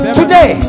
today